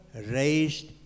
raised